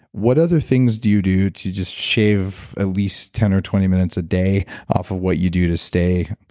what other things do you do to just shave at least ten or twenty minutes a day off of what you do to stay,